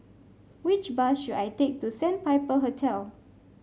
which bus should I take to Sandpiper Hotel